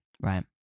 Right